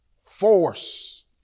Force